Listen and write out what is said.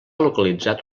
localitzat